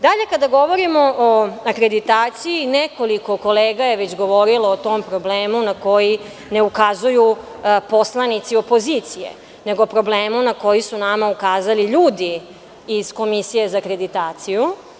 Dalje, kada govorimo o akreditaciji, nekoliko kolega je već govorilo o tom problemu na koji ne ukazuju poslanici opozicije, nego problemu na koji su nama ukazali ljudi iz Komisije za akreditaciju.